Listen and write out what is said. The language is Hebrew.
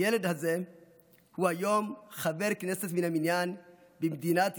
הילד הזה הוא היום חבר כנסת מן המניין במדינת ישראל,